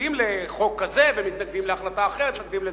מתנגדים לחוק כזה ומתנגדים להחלטה אחרת ומתנגדים לזה.